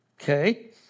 Okay